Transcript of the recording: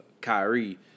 Kyrie